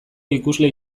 ikusle